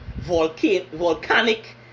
volcanic